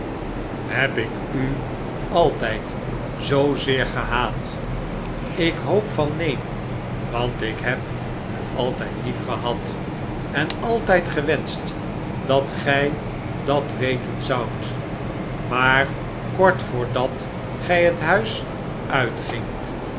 heb ik u altijd zoozeer gehaat ik hoop van neen want ik heb u altijd liefgehad en altijd gewenscht dat gij dat weten zoudt maar kort voordat gij het huis uitgingt